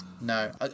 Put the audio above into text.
No